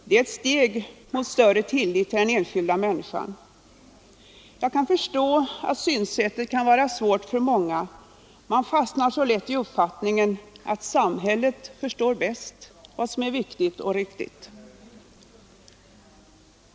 Det är ett steg mot större tillit till den enskilda människan. Jag förstår att det synsättet kan vara svårt för många. Man fastnar så lätt i uppfattningen att samhället förstår bäst vad som är viktigt och riktigt.